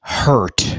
hurt